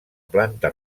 planta